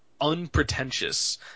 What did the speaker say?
unpretentious